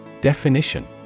Definition